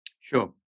Sure